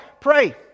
Pray